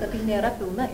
bet tai nėra pilna